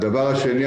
הדבר השני,